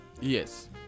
Yes